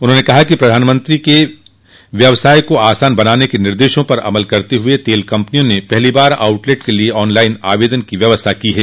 उन्होंने कहा कि प्रधानमंत्री नरेन्द्र मोदी के व्यवसाय को आसान बनाने के निर्देशों पर अमल करते हुए तेल कम्पनियों ने पहली बार आउटलेट के लिये ऑन लाइन आवेदन की व्यवस्था की है